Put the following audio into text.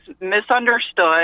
misunderstood